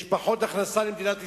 יש פחות הכנסה למדינת ישראל.